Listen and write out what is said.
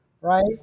right